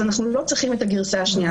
אז אנחנו לא צריכים את הגרסה השנייה.